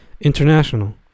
International